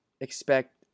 expect